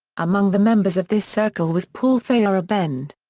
among the members of this circle was paul feyerabend.